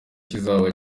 kizaba